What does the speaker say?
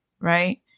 right